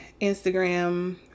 Instagram